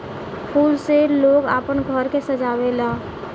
फूल से लोग आपन घर के सजावे ला